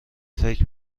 فکر